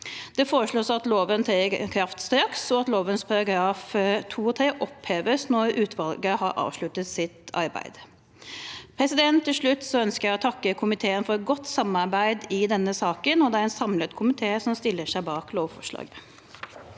Det foreslås at loven trer i kraft straks, og at lovens § 2 og § 4 oppheves når utvalget har avsluttet sitt arbeid. Til slutt ønsker jeg å takke komiteen for godt samarbeid i denne saken, og det er en samlet komité som stiller seg bak lovforslaget.